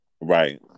Right